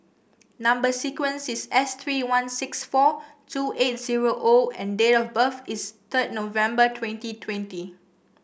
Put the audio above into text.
number sequence is S three one six four two eight zero O and date of birth is third November twenty twenty